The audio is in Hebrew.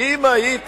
היית